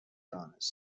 دانست